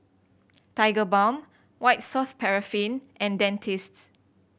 Tigerbalm White Soft Paraffin and Dentiste